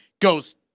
goes